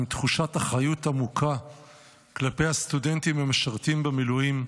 עם תחושת אחריות עמוקה כלפי הסטודנטים המשרתים במילואים.